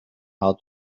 how